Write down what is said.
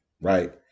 right